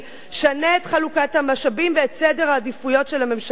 שנה את חלוקת המשאבים ואת סדר העדיפויות של הממשלה הזאת.